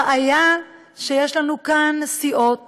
הבעיה היא שיש לנו כאן סיעות